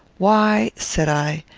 why, said i,